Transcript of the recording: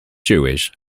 jewish